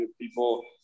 people